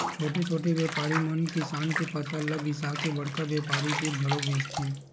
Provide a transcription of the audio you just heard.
छोटे छोटे बेपारी मन किसान के फसल ल बिसाके बड़का बेपारी तीर घलोक बेचथे